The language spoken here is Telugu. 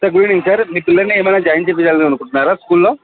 సార్ గుడ్ ఈవెనింగ్ సార్ మీ పిల్లల్ని ఏమైన జాయిన్ చేయించాలి అనుకుంటున్నారా స్కూల్లో